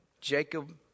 Jacob